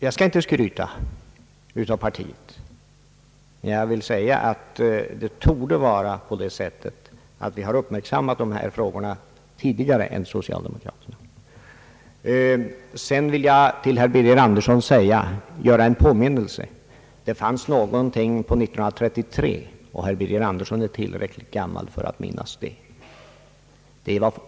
Jag skall inte skryta, men jag vill säga att det obestridligt är så att centerpartiet uppmärksammat «dessa frågor tidigare än socialdemokraterna. Så vill jag ge herr Birger Andersson en liten påminnelse. Det gäller året 1933, och han är tillräckligt gammal för att minnas vad jag syftar på.